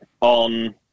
on